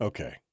Okay